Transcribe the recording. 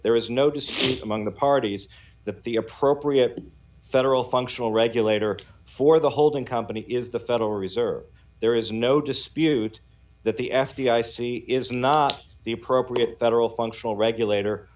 there is no deceased among the parties that the appropriate federal functional regulator for the holding company is the federal reserve there is no dispute that the f b i see is not the appropriate federal functional regulator